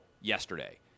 yesterday